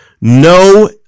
no